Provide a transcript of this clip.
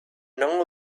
none